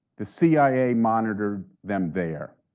the cia monitored them there.